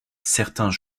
certains